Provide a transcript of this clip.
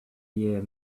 year